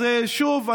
אז שוב,